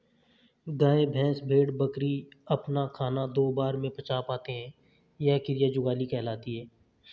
गाय, भैंस, भेड़, बकरी अपना खाना दो बार में पचा पाते हैं यह क्रिया जुगाली कहलाती है